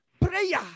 prayer